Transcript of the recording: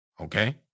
Okay